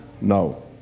No